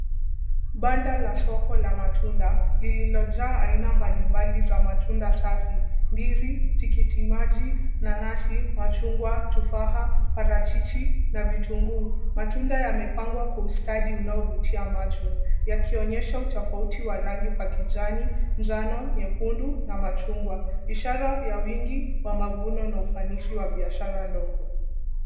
Banda la soko la matunda lililojaa aina mbalimbali za matunda safi: ndizi, tikiti maji, nanasi, machungwa, tufaha, parachichi na vitunguu. Matunda yamepangwa kwa ustadi unaovutia macho yakionyesha utofauti wa rangi kwa kijani, njano, nyekundu na machungwa ishara ya wingi wa mavuno na ufanisi wa biashara ndogo.